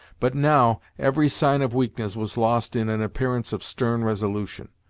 but now every sign of weakness was lost in an appearance of stern resolution.